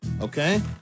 Okay